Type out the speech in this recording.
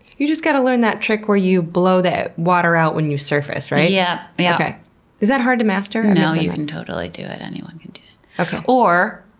you just gotta learn that trick where you blow the water out when you surface, right? yeah yeah is that hard to master? no, you can totally do it. anyone can or,